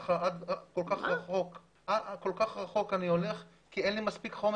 כל כך רחוק אני הולך כי אין לי מספיק חומר